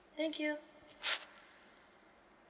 thank you